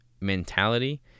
mentality